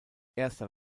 erster